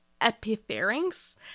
epipharynx